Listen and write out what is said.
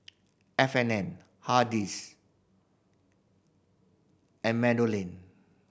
F and N Hardy's and MeadowLea